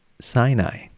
Sinai